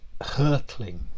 hurtling